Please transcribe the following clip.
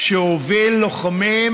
שהוביל לוחמים